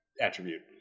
attribute